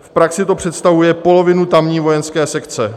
V praxi to představuje polovinu tamní vojenské sekce.